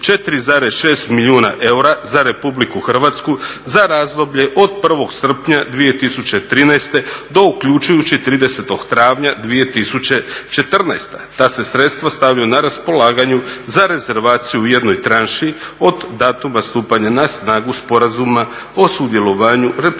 4,6 milijuna eura za RH za razdoblje od 1.srpnja 2013.do uključujući 30.travnja 2014. Ta se sredstva stavljaju na raspolaganje za rezervaciju u jednoj tranši od datuma stupanja na snagu sporazuma o sudjelovanju RH u europskom